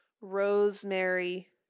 Rosemary